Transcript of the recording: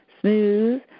smooth